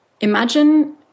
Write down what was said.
Imagine